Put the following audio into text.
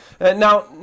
Now